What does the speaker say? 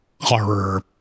horror